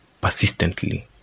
persistently